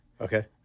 okay